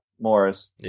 Morris